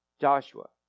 Joshua